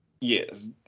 Yes